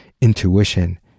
intuition